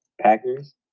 Packers